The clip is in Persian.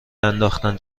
انداختن